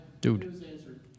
Dude